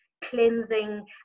cleansing